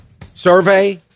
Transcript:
survey